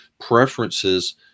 preferences